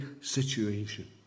situation